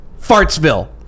Fartsville